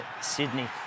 Sydney